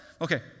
Okay